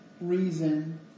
reason